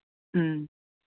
ꯎꯝ